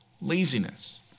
laziness